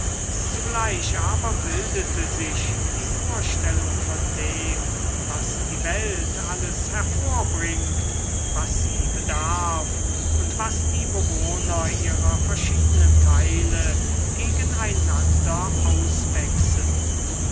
zugleich aber bildete sich die vorstellung von dem was die welt alles hervorbringt was sie bedarf und was die bewohner ihrer verschiedenen teile gegen einander auswechseln